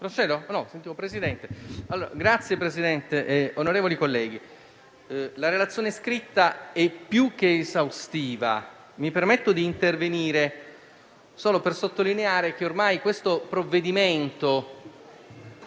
la relazione scritta è più che esaustiva. Mi permetto di intervenire solo per sottolineare che il provvedimento